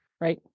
right